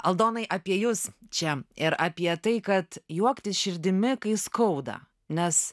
aldonai apie jus čia ir apie tai kad juoktis širdimi kai skauda nes